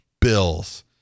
Bills